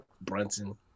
brunson